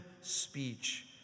speech